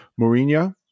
Mourinho